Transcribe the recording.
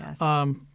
Yes